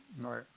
right